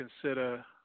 consider